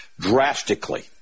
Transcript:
drastically